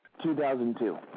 2002